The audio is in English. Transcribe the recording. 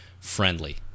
friendly